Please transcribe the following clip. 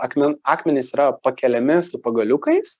akmen akmenys yra pakeliami su pagaliukais